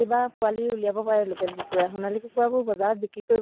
মায়ে পঢ়ি আছোঁ কাৰণে বহু কাম মোক শিকাই দিয়া নাছিলে